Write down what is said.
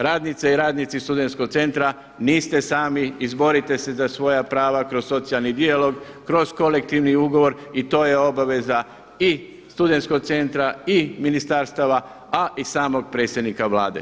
Radnice i radnici studentskog centra niste sami, izborite se za svoja prava kroz socijalni dijalog, kroz kolektivni ugovor i to je obaveza i studentskog centra i ministarstava a i samog predsjednika Vlade.